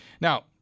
Now